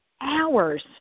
hours